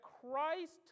Christ